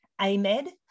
AMED